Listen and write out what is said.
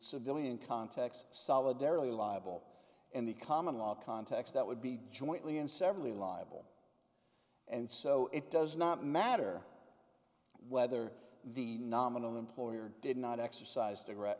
civilian context solidarity liable in the common law context that would be jointly and severally liable and so it does not matter whether the nominal employer did not exercise direct